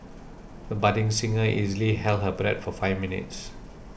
the budding singer easily held her breath for five minutes